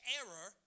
error